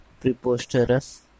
preposterous